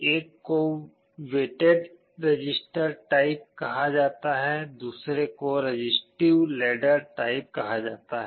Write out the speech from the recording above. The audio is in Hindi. एक को वेटेड रजिस्टर टाइप कहा जाता है दूसरे को रजिस्टिव लैडर टाइप कहा जाता है